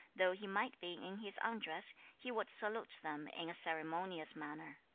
though he might be in his undress, he would salute them in a ceremonious manner.